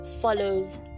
follows